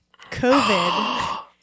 COVID